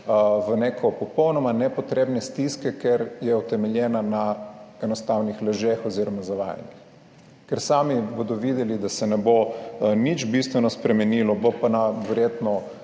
v neko popolnoma nepotrebne stiske, ker je utemeljena na enostavnih lažeh, oz. zavajanjih, ker sami bodo videli, da se ne bo nič bistveno spremenilo, bo pa verjetno